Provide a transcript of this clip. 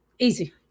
easy